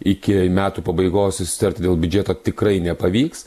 iki metų pabaigos susitarti dėl biudžeto tikrai nepavyks